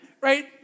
right